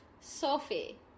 Sophie